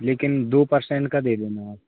लेकिन दो परसेंट का दे देना आप